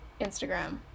instagram